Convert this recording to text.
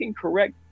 correct